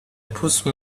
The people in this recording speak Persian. پوست